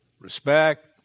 respect